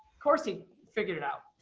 course he figured it out.